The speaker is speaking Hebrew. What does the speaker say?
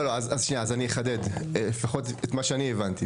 שנייה, אז אני אחדד, לפחות את מה שאני הבנתי.